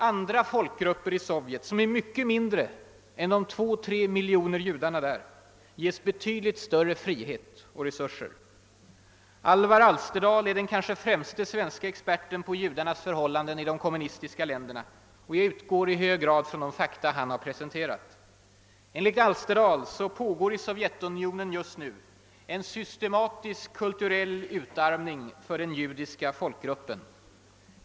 Andra folkgrupper i Sovjet, vilka är mycket mindre än de 2 å 3 miljoner judar som finns där, ges betydligt större frihet och resurser. Alvar Alsterdal är den kanske främste svenska experten på judarnas förhållanden i de kommunistiska länderna; jag utgår i hög grad från de fakta han har presenterat. Enligt Alsterdal pågår just nu i Sovjetunionen en systematisk utarmning i kulturellt avseende av den judiska folkgruppen.